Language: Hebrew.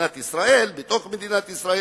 מדינת ישראל,